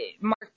Mark